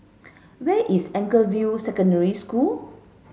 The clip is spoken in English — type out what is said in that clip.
where is Anchorvale Secondary School